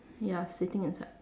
ya sitting inside